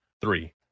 three